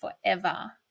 forever